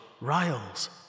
Riles